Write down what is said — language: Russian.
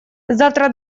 завтра